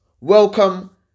welcome